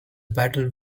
battle